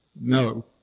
No